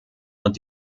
und